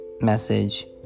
message